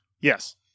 Yes